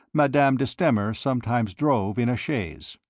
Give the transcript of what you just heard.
madame de stamer sometimes drove in a chaise.